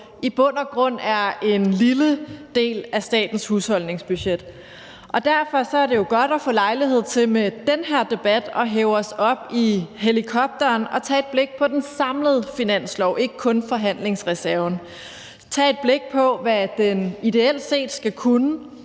i bund og grund er en lille del af statens husholdningsbudget. Derfor er det jo godt at få lejlighed til med den her debat at hæve os op i helikopteren og tage et blik på det samlede finanslovsforslag – ikke kun forhandlingsreserven – at tage et blik på, hvad finansloven ideelt set skal kunne,